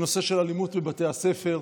דיון בנושא אלימות בבתי הספר.